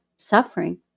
suffering